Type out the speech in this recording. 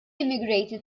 immigrated